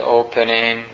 opening